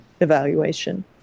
evaluation